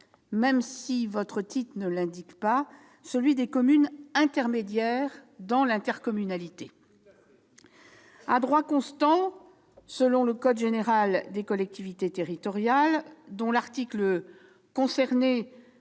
même si son titre ne l'indique pas, des communes intermédiaires -au sein de l'intercommunalité. Tout à fait ! Le code général des collectivités territoriales, dont l'article concerné